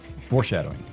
foreshadowing